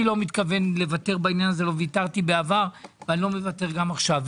אני לא מתכוון לוותר בעניין הזה ולא ויתרתי בעבר ולא מוותר גם עכשיו.